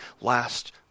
last